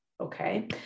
okay